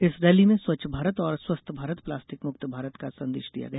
इस रैली में स्वच्छ भारत और स्वस्थ भारत प्लास्टिक मुक्त भारत का संदेश दिया गया